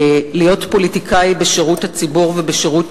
להיות פוליטיקאי בשירות הציבור ובשירות